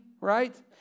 Right